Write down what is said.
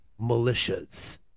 militias